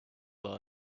look